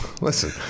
Listen